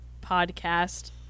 podcast